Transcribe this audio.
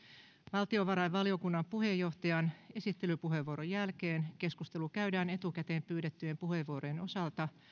valtiovarainvaliokunnan puheenjohtajan esittelypuheenvuoron jälkeen keskustelu käydään etukäteen pyydettyjen puheenvuorojen osalta